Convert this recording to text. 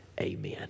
amen